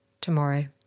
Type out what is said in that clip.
tomorrow